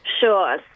Sure